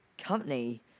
company